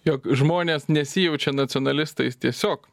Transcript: jog žmonės nesijaučia nacionalistais tiesiog